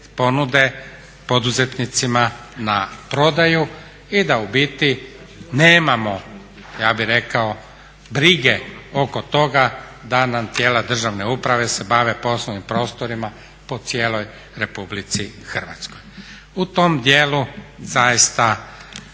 ponude poduzetnicima na prodaju i da u biti nemamo ja bih rekao brige oko toga da nam tijela državne uprave se bave poslovnim prostorima po cijeloj RH. U tom dijelu zaista